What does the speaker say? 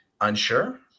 unsure